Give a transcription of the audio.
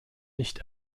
nicht